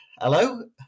Hello